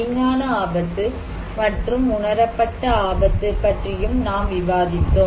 விஞ்ஞான ஆபத்து மற்றும் உணரப்பட்ட ஆபத்து பற்றியும் நாம் விவாதித்தோம்